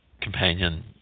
companion